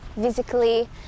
physically